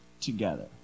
together